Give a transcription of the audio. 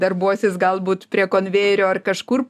darbuosis galbūt prie konvejerio ar kažkur